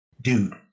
dude